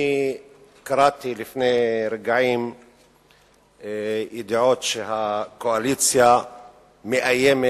אני קראתי לפני רגעים ידיעות שהקואליציה מאיימת